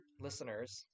listeners